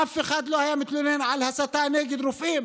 אף אחד לא היה מתלונן על הסתה נגד רופאים,